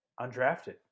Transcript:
undrafted